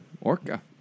Orca